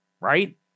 right